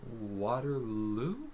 Waterloo